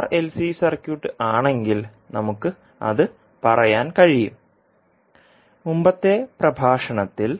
R L C circuit ആണെങ്കിൽ നമുക്ക് അത് പറയാൻ കഴിയും മുമ്പത്തെ പ്രഭാഷണത്തിൽ